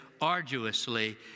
arduously